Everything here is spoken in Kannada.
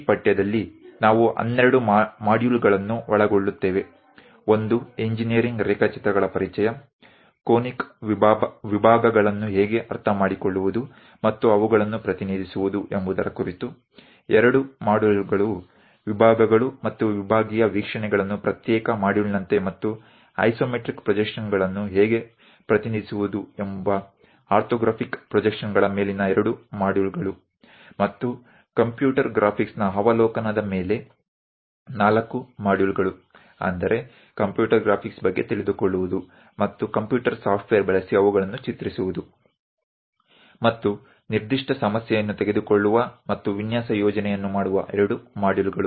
ಈ ಪಠ್ಯದಲ್ಲಿ ನಾವು 12 ಮಾಡ್ಯೂಲ್ಗಳನ್ನು ಒಳಗೊಳ್ಳುತ್ತೇವೆ 1 ಇಂಜಿನೀರಿಂಗ್ ರೇಖಾಚಿತ್ರಗಳ ಪರಿಚಯ ಕೋನಿಕ್ ವಿಭಾಗಗಳನ್ನು ಹೇಗೆ ಅರ್ಥಮಾಡಿಕೊಳ್ಳುವುದು ಮತ್ತು ಅವುಗಳನ್ನು ಪ್ರತಿನಿಧಿಸುವುದು ಎಂಬುದರ ಕುರಿತು 2 ಮಾಡ್ಯೂಲ್ಗಳು ವಿಭಾಗಗಳು ಮತ್ತು ವಿಭಾಗೀಯ ವೀಕ್ಷಣೆಗಳನ್ನು ಪ್ರತ್ಯೇಕ ಮಾಡ್ಯೂಲ್ನಂತೆ ಮತ್ತು ಐಸೊಮೆಟ್ರಿಕ್ ಪ್ರೊಜೆಕ್ಷನ್ಗಳನ್ನು ಹೇಗೆ ಪ್ರತಿನಿಧಿಸುವುದು ಎಂಬ ಆರ್ಥೋಗ್ರಾಫಿಕ್ ಪ್ರೊಜೆಕ್ಷನ್ಗಳ ಮೇಲಿನ 2 ಮಾಡ್ಯೂಲ್ಗಳು ಮತ್ತು ಕಂಪ್ಯೂಟರ್ ಗ್ರಾಫಿಕ್ಸ್ನ ಅವಲೋಕನದ ಮೇಲೆ 4 ಮಾಡ್ಯೂಲ್ಗಳು ಅಂದರೆ ಕಂಪ್ಯೂಟರ್ ಗ್ರಾಫಿಕ್ಸ್ ಬಗ್ಗೆ ತಿಳಿದುಕೊಳ್ಳುವುದು ಮತ್ತು ಕಂಪ್ಯೂಟರ್ ಸಾಫ್ಟ್ವೇರ್ ಬಳಸಿ ಅವುಗಳನ್ನು ಚಿತ್ರಿಸುವುದು ಮತ್ತು ನಿರ್ದಿಷ್ಟ ಸಮಸ್ಯೆಯನ್ನು ತೆಗೆದುಕೊಳ್ಳುವ ಮತ್ತು ವಿನ್ಯಾಸ ಯೋಜನೆಯನ್ನು ಮಾಡುವ 2 ಮಾಡ್ಯೂಲ್ಗಳು